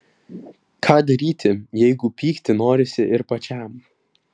ką daryti jeigu pykti norisi ir pačiam